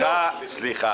סליחה.